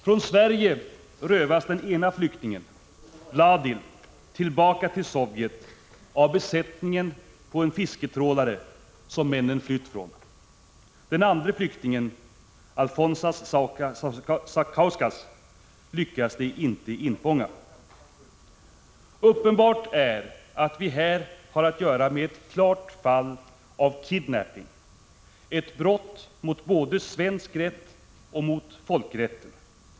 Från Sverige rövas den ene flyktingen, Vladil, tillbaka till Sovjet av besättningen på den fisketrålare som männen flytt från. Den andre flyktingen, Alfonsas Sakauskas, lyckas de inte infånga. Uppenbart är att vi här har att göra med ett klart fall av kidnappning — ett brott både mot svensk rätt och mot folkrätten.